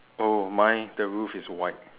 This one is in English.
oh mine the roof is white